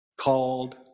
called